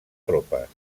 tropes